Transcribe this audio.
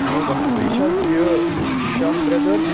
اَہن حظ اَصٕل پٲٹھۍ یہِ چَھ حظ یہِ شاہ برٮ۪دٲرٕس